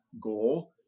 goal